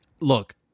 Look